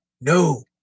no